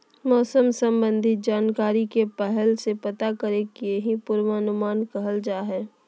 मौसम संबंधी जानकारी के पहले से पता करे के ही पूर्वानुमान कहल जा हय